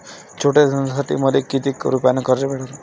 छोट्या धंद्यासाठी मले कितीक रुपयानं कर्ज भेटन?